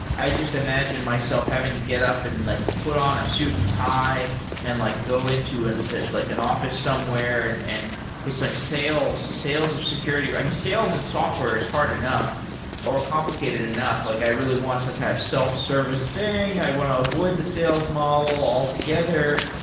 i just imagine myself having to get up and like put on a suit and tie and like go into an like an office somewhere, and and it's like sales, sales of security. i mean, sales and software is hard enough or complicated enough. like i really want some kind of self-service thing. i want to avoid the sales model altogether.